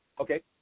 Okay